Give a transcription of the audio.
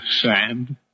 sand